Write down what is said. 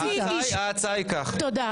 ההצעה היא כך --- תודה.